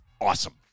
awesome